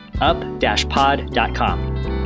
up-pod.com